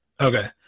okay